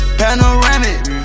panoramic